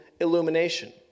illumination